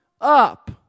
up